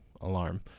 alarm